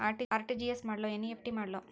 RTGS ಮಾಡ್ಲೊ NEFT ಮಾಡ್ಲೊ?